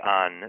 on